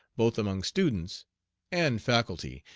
both among students and faculty,